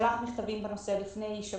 אנחנו